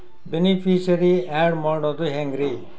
Beneficiary, add ಮಾಡೋದು ಹೆಂಗ್ರಿ?